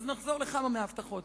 ולכן נחזור לכמה מההבטחות.